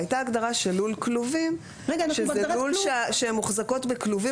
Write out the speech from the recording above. הייתה הגדרה של לול כלובים שזה לול שמוחזקות בכלובים